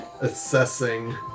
assessing